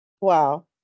Wow